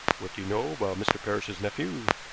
what do you know about mr. parrish's nephew?